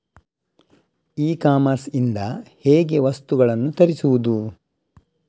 E commerce ಇಂದ ಹೇಗೆ ವಸ್ತುಗಳನ್ನು ತರಿಸುವುದು?